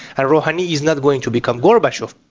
ah rouhani is not going to become gorbachev.